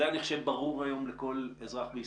זה אני חושב ברור היום לכל אזרח בישראל.